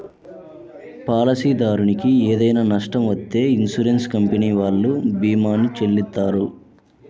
పాలసీదారునికి ఏదైనా నష్టం వత్తే ఇన్సూరెన్స్ కంపెనీ వాళ్ళు భీమాని చెల్లిత్తారు